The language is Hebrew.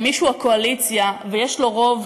למי שהוא הקואליציה ויש לו רוב,